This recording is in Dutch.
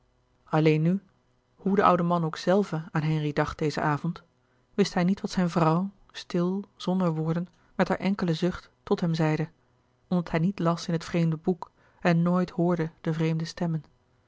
alleen nu hoe de oude man ook zelve aan henri dacht dezen avond wist hij niet wat zijne vrouw stil zonder louis couperus de boeken der kleine zielen woorden met haar enkelen zucht tot hem zeide omdat hij niet las in het vreemde boek en nooit hoorde de vreemde stemmen